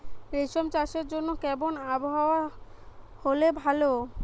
রেশম চাষের জন্য কেমন আবহাওয়া হাওয়া হলে ভালো?